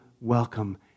welcome